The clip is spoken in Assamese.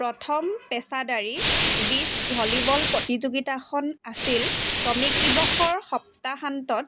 প্ৰথম পেচাদাৰী বীচ ভলীবল প্ৰতিযোগিতাখন আছিল শ্ৰমিক দিৱসৰ সপ্তাহান্তত